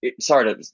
sorry